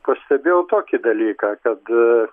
pastebėjau tokį dalyką kad